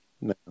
No